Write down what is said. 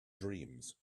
dreams